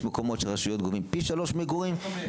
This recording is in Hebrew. יש מקומות שבהם הרשויות גובות פי 3 למגורים -- פי